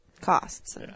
costs